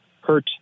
hurt